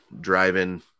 driving